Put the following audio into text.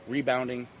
Rebounding